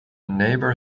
neighbour